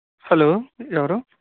hello ఎవరు